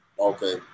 Okay